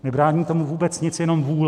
Nebrání tomu vůbec nic, jenom vůle.